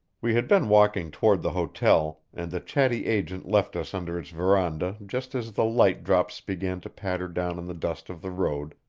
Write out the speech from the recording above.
we had been walking toward the hotel, and the chatty agent left us under its veranda just as the light drops began to patter down in the dust of the road,